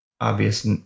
obvious